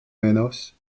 venos